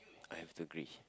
I have to agree